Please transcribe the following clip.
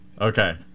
okay